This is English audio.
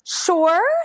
sure